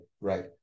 right